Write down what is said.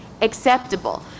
acceptable